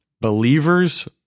believers